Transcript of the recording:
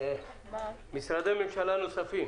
יש משרדי ממשלה נוספים